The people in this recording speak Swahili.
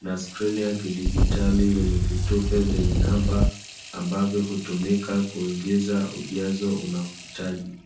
na skrini ya kidigitali yenye vitufe vyenye namba ambavyo hutumika kuingiza ujazo unaouhitaji.